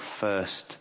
first